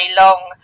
long